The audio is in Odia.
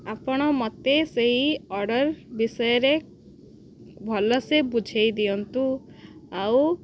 ଆପଣ ମୋତେ ସେଇ ଅର୍ଡ଼ର୍ ବିଷୟରେ ଭଲସେ ବୁଝାଇ ଦିଅନ୍ତୁ ଆଉ